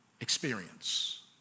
experience